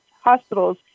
hospitals